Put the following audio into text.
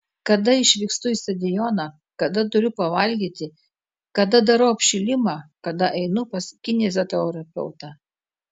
kada išvykstu į stadioną kada turiu pavalgyti kada darau apšilimą kada einu pas kineziterapeutą